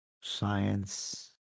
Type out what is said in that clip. Science